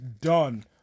Done